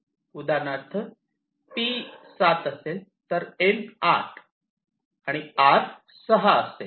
उदाहरणार्थ P 7 असेल तर N 8 आणि R 6 असेल